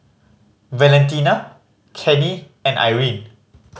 Valentina Kenny and Irene